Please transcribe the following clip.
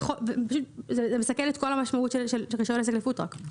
זה מסכל את כל המשמעות של רישיון עסק לפוד-טראק,